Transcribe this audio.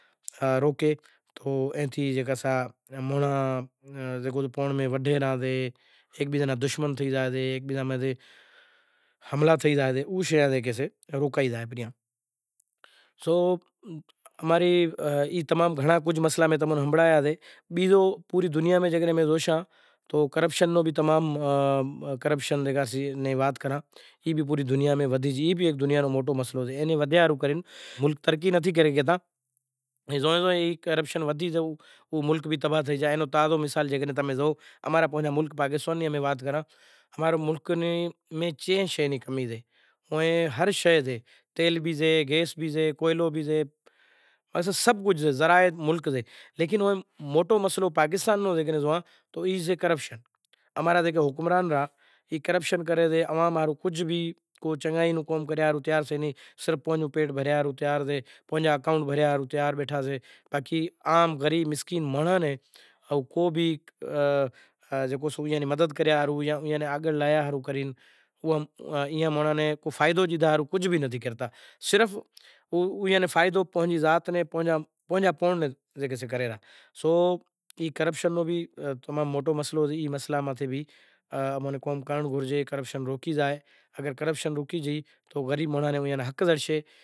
روکے اے تھی سا مانڑاں پانڑ میں وڈھے راشیں ہیک بیزے ناں دشمن تھے زائیں ہیک بیزے متھے حملا تھے زائیں تو اے مسئلہ تماں نے میں ہمزایا باقی دنیا میں زوشاں تو کرپشن نو تمام کرپشن نی جکا وات کراں ای بھی دنیا نو موٹو مسئلو سے، ای ودھیا رے کرے دنیا ترقی نتھی کرے شگھتا ای زوئیں زوئیں ای کرپشن ودھی ودھی ملک بھی تباہ تھے زائیں اینو تازو مثال تمیں زو امیں اماں رے ملک پاکستان نی جے وات کراں اماں رو ملک میں چے شے نی کمی سے، ہر شے سے تیل بھی سے، گیس بھی سے، کوئلو بھی سے مطلب سبھ کجھ سے زرائت ملک سے لیکن موٹو مسئلو پاکستان نو زوئاں تو ای سے کرپشن، اماں را جکو حکمران سے ای کرپشن کری ریا عوام نوں کوئی چنگائی کام کریرا ہاروں تیار نتھی صرف پانجو پیٹ بھریا ہاروں تیار سے آپرے مسکین مانڑوں نی مدد کریا ہاروں اینی مدد کریا ہاروں تیار نتھی اینو کوئی فائدو نتھی کرتا صرف او ایئاں ناں فائدو صرف پانجی ذات نو صرف پانجو پانڑ ناں کری ریا تو ای کرپشن نو تمام موٹو مسئلو سے ای مسئلو بھی کرنڑ گھرجے اگر کرپشن روکی زئی تو غریب مانڑاں نوں حق زڑشیں۔